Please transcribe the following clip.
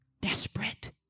desperate